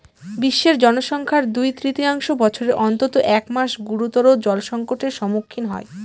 বিশ্বের জনসংখ্যার দুই তৃতীয়াংশ বছরের অন্তত এক মাস গুরুতর জলসংকটের সম্মুখীন হয়